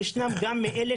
ישנם אלה